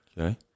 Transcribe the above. Okay